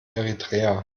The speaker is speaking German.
eritrea